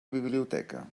biblioteca